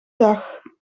dag